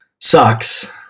sucks